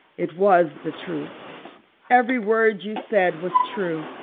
it was the truth every word you said was true.